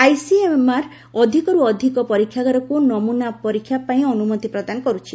ICMR ଅଧିକରୁ ଅଧିକ ପରୀକ୍ଷାଗାରକୁ ନମ୍ମନା ପରୀକ୍ଷାପାଇଁ ଅନୁମତି ପ୍ରଦାନ କରୁଛି